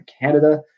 Canada